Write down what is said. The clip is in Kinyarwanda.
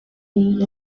mirenge